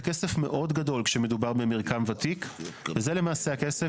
זה כסף מאוד גדול כשמדובר במרקם ותיק וזה למעשה הכסף